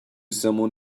someone